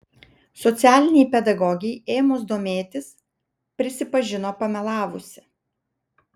socialinei pedagogei ėmus domėtis prisipažino pamelavusi